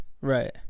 right